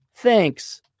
Thanks